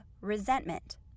resentment